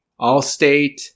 Allstate